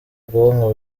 bwonko